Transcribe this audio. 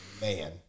man